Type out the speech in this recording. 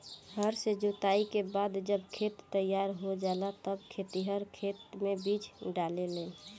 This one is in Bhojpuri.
हर से जोताई के बाद जब खेत तईयार हो जाला तब खेतिहर खेते मे बीज डाले लेन